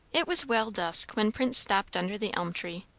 it was well dusk when prince stopped under the elm tree.